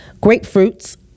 grapefruits